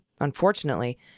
Unfortunately